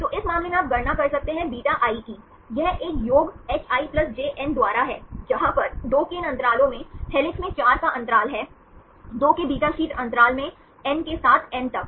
तो इस मामले में आप गणना कर सकते हैं βi की यह एक योग hi j n द्वारा है जहां पर 2 के इन अंतरालों में हेलिक्स में 4 का अंतराल है 2 के बीटा शीट अंतराल में n के साथ n तक